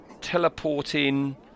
teleporting